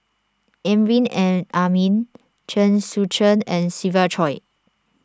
Amrin and Amin Chen Sucheng and Siva Choy